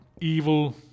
evil